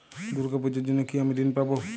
দুর্গা পুজোর জন্য কি আমি ঋণ পাবো?